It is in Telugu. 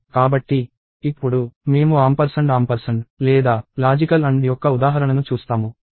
కాబట్టి ఇప్పుడు మేము లేదా లాజికల్ AND యొక్క ఉదాహరణను చూస్తాము